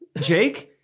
jake